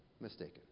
mistaken